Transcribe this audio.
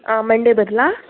ಹಾಂ ಮಂಡೇ ಬರಲಾ